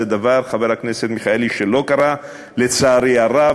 חבר הכנסת מיכאלי, זה דבר שלא קרה, לצערי הרב.